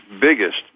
biggest